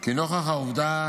כי נוכח העובדה